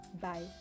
bye